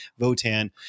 Votan